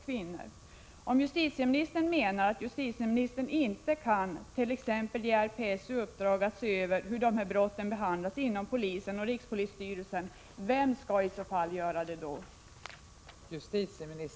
1986/87:80 Om justitieministern menar att justitieministern t.ex. inte kan ge rikspolis 5 mars 1987 styrelsen i uppdrag att se över hur de här brotten behandlas inompodisenoch ZH - Om rikspolisstyrelsens